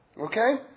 Okay